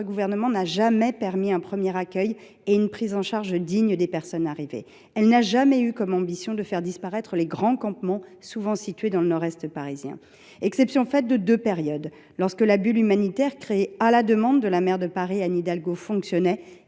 gouvernement n’a jamais permis un premier accueil et une prise en charge digne des personnes arrivées. Elle n’a jamais eu comme ambition de faire disparaître les grands campements, souvent situés dans le Nord Est parisien. Deux périodes font exception : lorsque la bulle humanitaire, créée à la demande de la maire de Paris, Anne Hidalgo, a fonctionné